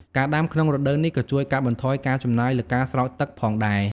ការដាំក្នុងរដូវនេះ ក៏ជួយកាត់បន្ថយការចំណាយលើការស្រោចទឹកផងដែរ។